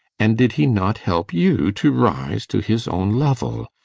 and did he not help you to rise to his own level,